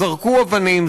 זרקו אבנים,